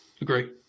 Agree